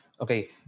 Okay